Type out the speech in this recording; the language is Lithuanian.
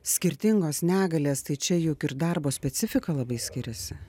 skirtingos negalės tai čia juk ir darbo specifika labai skiriasi